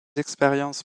expériences